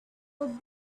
put